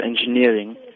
engineering